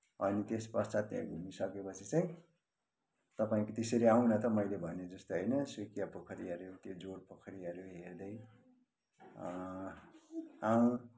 अनि त्यस पश्चात त्यहाँ घुमिसकेपछि चाहिँ तपाईँको त्यसरी आउन त मैले भने जस्तै होइन सुकिया पोखरीहरू त्यो जोर पोखरीहरू हेर्दै है